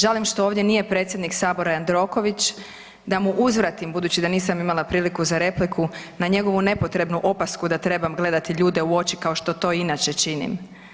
Žalim što ovdje nije predsjednik Sabora Jandroković da mu uzvratim budući da nisam imala priliku za repliku na njegovu nepotrebnu opasku da trebam gledati ljude u oči kao što to inače činim.